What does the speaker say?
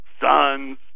sons